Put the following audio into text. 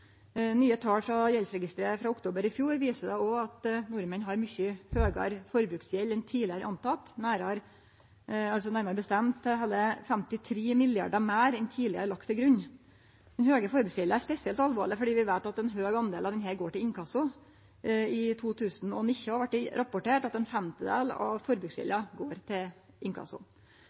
Nye tal frå gjeldsregisteret frå oktober i fjor viser òg at nordmenn har mykje høgare forbruksgjeld enn ein tidlegare har trudd, nærare bestemt heile 53 mrd. kr meir enn det som tidlegare er lagt til grunn. Den høge forbruksgjelda er spesielt alvorleg fordi vi veit at ein stor del av denne gjelda går til inkasso. I 2019 blei det rapportert at ein femtedel av